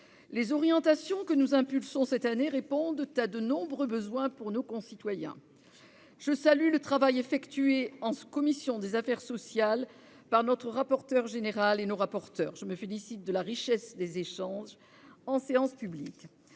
Les orientations que nous impulsons cette année répondent à de nombreux besoins de nos citoyens. Je salue le travail effectué, au sein de la commission des affaires sociales, par notre rapporteure générale et nos rapporteurs. Je me félicite de la richesse des échanges en séance publique.